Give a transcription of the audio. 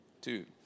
Two